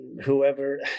whoever